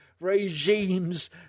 regimes